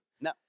No